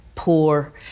Poor